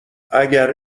اگر